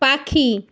পাখি